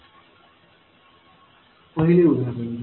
पहिले उदाहरण घेऊ